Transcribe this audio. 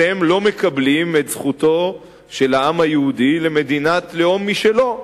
אתם לא מקבלים את זכותו של העם היהודי למדינת לאום משלו.